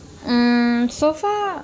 mm so far